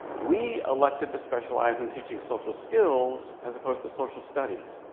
we elected to specialize in teaching social skills as opposed to social studies,